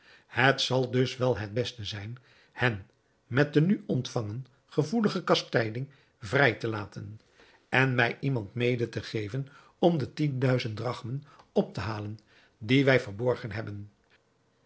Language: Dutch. het zal dus wel het beste zijn hen met de nu ontvangen gevoelige kastijding vrij te laten en mij iemand mede te geven om de tien duizend drachmen op te halen die wij verborgen hebben